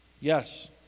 Yes